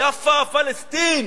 "יאפה פלסטין".